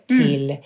till